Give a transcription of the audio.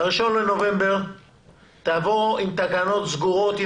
ב-1 בנובמבר תבוא עם תקנות סגורות.